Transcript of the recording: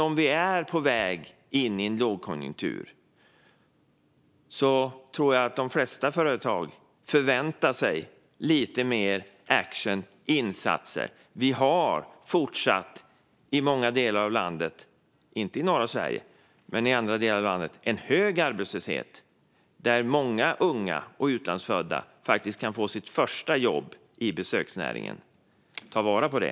Om Sverige nu är på väg in i en lågkonjunktur tror jag att de flesta företag förväntar sig lite mer action och fler insatser. I många delar av landet - inte i norr, men i övrigt - är arbetslösheten hög, och många unga och utlandsfödda kan få sina första jobb i besöksnäringen. Ta vara på det!